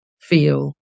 feel